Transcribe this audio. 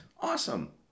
Awesome